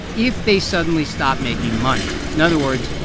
if they suddenly stop making money. in other words,